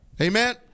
Amen